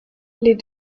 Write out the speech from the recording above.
les